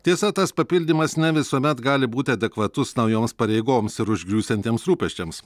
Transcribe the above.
tiesa tas papildymas ne visuomet gali būti adekvatus naujoms pareigoms ir užgriūsiantiems rūpesčiams